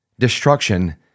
Destruction